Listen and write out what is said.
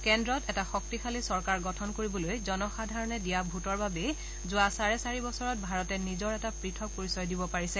কেন্দ্ৰত এটা শক্তিশালী চৰকাৰ গঠন কৰিবলৈ জনসাধাৰণে দিয়া ভোটৰ বাবেই যোৱা চাৰে চাৰি বছৰত ভাৰতে নিজৰ এটা পথক পৰিচয় দিব পাৰিছে